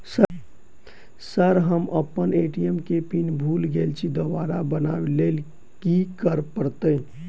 Sir हम अप्पन ATM केँ पिन भूल गेल छी दोबारा बनाब लैल की करऽ परतै?